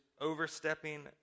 overstepping